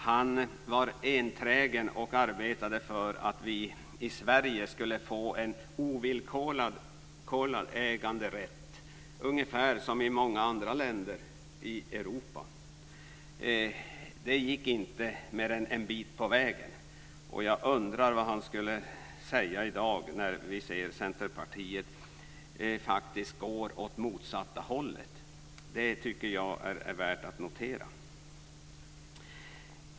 Han arbetade enträget för att vi i Sverige skulle ha en ovillkorad äganderätt, ungefär som i många andra länder i Europa. Thorbjörn Fälldin kom bara en bit på väg och jag undrar vad han skulle säga i dag när Centerpartiet faktiskt går åt det motsatta hållet. Det tycker jag är värt att notera.